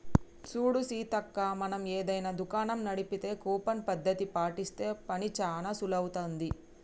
చూడు సీతక్క మనం ఏదైనా దుకాణం నడిపితే కూపన్ పద్ధతి పాటిస్తే పని చానా సులువవుతుంది